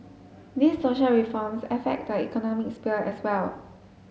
these social reforms affect the economic sphere as well